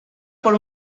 por